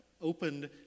opened